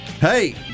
Hey